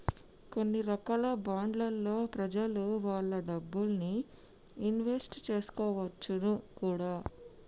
కొన్ని రకాల బాండ్లలో ప్రెజలు వాళ్ళ డబ్బుల్ని ఇన్వెస్ట్ చేసుకోవచ్చును కూడా